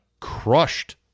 crushed